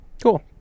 Cool